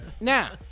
Now